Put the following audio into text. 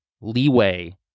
leeway